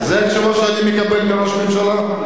זו התשובה שאני מקבל מראש הממשלה?